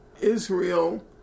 Israel